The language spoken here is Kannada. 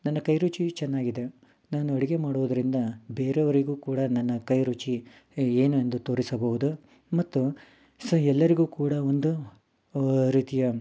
ನನ್ನ ಕೈರುಚಿ ಚೆನ್ನಾಗಿದೆ ನಾನು ಅಡುಗೆ ಮಾಡುವುದರಿಂದ ಬೇರೆಯವರಿಗೂ ಕೂಡ ನನ್ನ ಕೈರುಚಿ ಏನು ಎಂದು ತೋರಿಸಬಹುದು ಮತ್ತು ಸೊ ಎಲ್ಲರಿಗೂ ಕೂಡ ಒಂದು ರೀತಿಯ